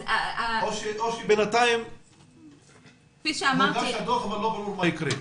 או שמוגש הדוח ודבר לא קורה.